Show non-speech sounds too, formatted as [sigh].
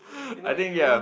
[breath] I think ya